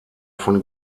von